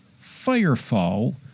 Firefall